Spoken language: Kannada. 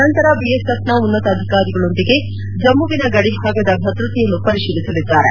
ನಂತರ ಬಿಎಸ್ಎಫ್ನ ಉನ್ನತ ಅಧಿಕಾರಿಗಳೊಂದಿಗೆ ಜಮ್ನುವಿನ ಗಡಿಭಾಗದ ಭದ್ರತೆಯನ್ನು ಪರಿಶೀಲಿಸಲಿದ್ದಾರೆ